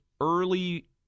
early